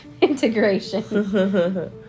Integration